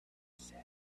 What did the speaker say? said